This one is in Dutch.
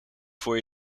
voor